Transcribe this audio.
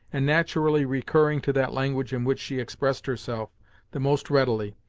and naturally recurring to that language in which she expressed herself the most readily,